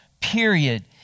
period